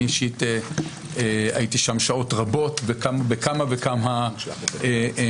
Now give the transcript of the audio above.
אני אישית הייתי שם שעות רבות בכמה וכמה מקרים